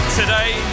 today